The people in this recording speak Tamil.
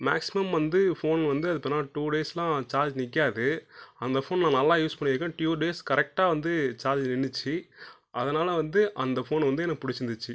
மேக்ஸிமம் வந்து ஃபோன் வந்து டூ டேஸ்லாம் சார்ஜ் நிற்காது அந்த ஃபோன் நான் நல்லா யூஸ் பண்ணியிருக்கேன் டியூ டேஸ் கரெக்டாக வந்து சார்ஜ் நின்னுச்சு அதனால் வந்து அந்த ஃபோன் வந்து எனக்கு பிடிச்சிருந்துச்சி